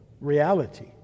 reality